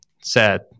sad